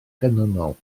canlynol